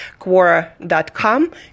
quora.com